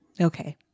Okay